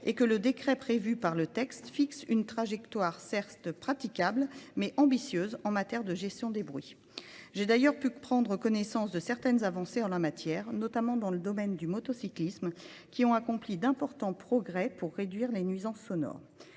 et que le décret prévu par le texte fixe une trajectoire certes practicable mais ambitieuse en matière de gestion des bruits. J'ai d'ailleurs pu prendre connaissance de certaines avancées en la matière, notamment dans le domaine du motocyclisme, qui ont accompli d'importants progrès pour réduire les nuisances sonores.